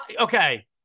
okay